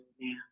now